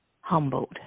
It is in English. humbled